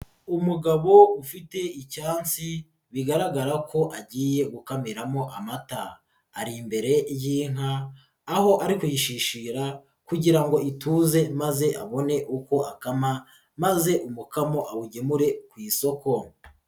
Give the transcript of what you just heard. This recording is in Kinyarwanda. Umugabo ufite icyansi bigaragara ko agiye gukamiramo amata, ari imbere y'inka aho ari kuyishishira kugira ngo ituze maze abone uko akama, maze umukamo awugemure ku isoko.